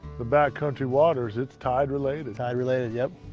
the back country waters, it's tide related. tide related, yeah.